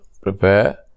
Prepare